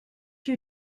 you